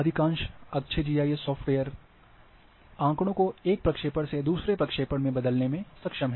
अधिकांश अच्छे GIS software आँकड़ों को एक प्रक्षेपण से दूसरे प्रक्षेपण में बदलने में सक्षम हैं